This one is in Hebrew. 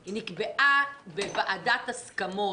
היא נקבעה בוועדת הסכמות.